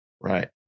Right